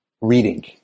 reading